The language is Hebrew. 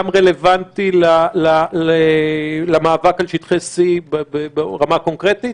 רלוונטי למאבק על שטחי C ברמה הקונקרטית?